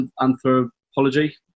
anthropology